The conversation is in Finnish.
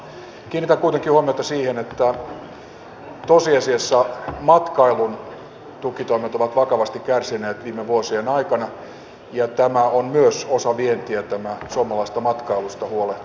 kiinnitän kuitenkin huomiota siihen että tosiasiassa matkailun tukitoimet ovat vakavasti kärsineet viime vuosien aikana ja myös tämä suomalaisesta matkailusta huolehtiminen on osa vientiä